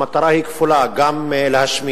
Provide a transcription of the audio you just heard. המטרה היא כפולה: גם להשמיע,